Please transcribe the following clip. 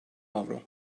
avro